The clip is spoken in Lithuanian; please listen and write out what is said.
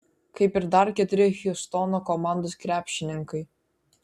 kaip ir dar keturi hjustono komandos krepšininkai